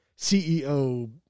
CEO